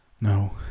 No